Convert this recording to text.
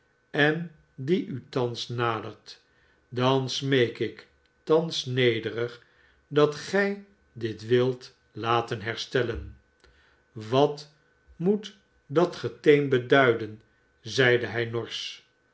en die u thans nadert dan smeek ik thans nederig dat gij dit wilt laten herstellen wat moet dat geteem beduiden zeid hij norsch